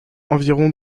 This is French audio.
environ